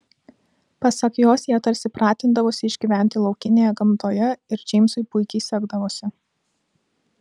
pasak jos jie tarsi pratindavosi išgyventi laukinėje gamtoje ir džeimsui puikiai sekdavosi